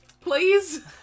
please